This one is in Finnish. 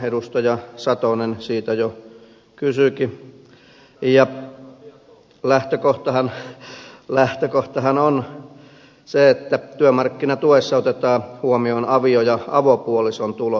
edustaja satonen siitä jo kysyikin ja lähtökohtahan on se että työmarkkinatuessa otetaan huomioon avio ja avopuolison tulot